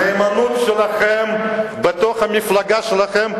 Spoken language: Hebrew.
הנאמנות שלכם בתוך המפלגה שלכם.